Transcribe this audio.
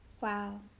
Wow